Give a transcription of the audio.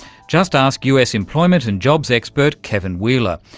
just ask us employment and jobs expert kevin wheeler,